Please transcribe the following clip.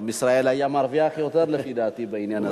עם ישראל היה מרוויח יותר, לפי דעתי, בעניין הזה.